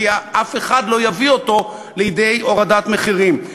כי אף אחד לא יביא אותו לידי הורדת מחירים.